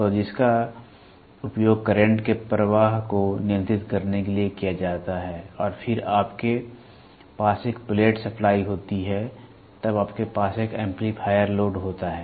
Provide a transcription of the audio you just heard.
तो जिसका उपयोग करंट के प्रवाह को नियंत्रित करने के लिए किया जाता है और फिर आपके पास एक प्लेट सप्लाई होती है तब आपके पास एक एम्पलीफायर लोड होता है